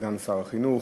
סגן שר החינוך,